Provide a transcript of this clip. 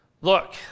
look